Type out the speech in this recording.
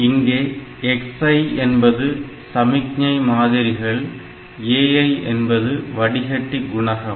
இங்கே xi என்பது சமிக்ஞை மாதிரிகள் ai என்பது வடிகட்டி குணகம்